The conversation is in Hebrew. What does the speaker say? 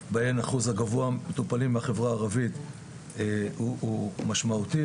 בהן אחוז המטופלים בחברה הערבית הוא משמעותי.